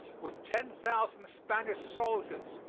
with ten thousand spanish soldiers,